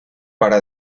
para